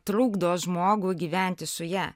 trukdo žmogui gyventi su ja